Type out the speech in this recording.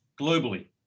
globally